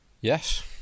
Yes